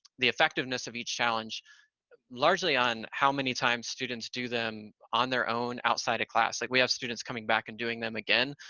the effectiveness of each challenge largely on how many times students do them on their own outside of class. like, we have students coming back and doing them again,